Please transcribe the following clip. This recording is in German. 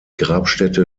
grabstätte